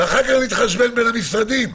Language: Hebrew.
ואז נתחשבן בין המשרדים.